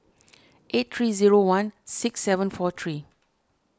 eight three zero one six seven four three